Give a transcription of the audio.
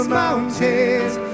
mountains